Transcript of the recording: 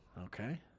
Okay